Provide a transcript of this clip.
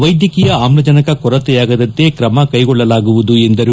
ವೈದ್ಯಕೀಯ ಆಮ್ಲಜನಕ ಕೊರತೆಯಾಗದಂತ್ರೆ ಕ್ರಮ ಕೈಗೊಳ್ಳಲಾಗುವುದು ಎಂದರು